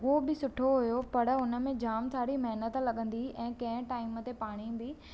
हो बि सुठो हुयो पर हुन में जामु सारी महिनत लॻंदी ऐं कंहिं टाइम ते पाणी बि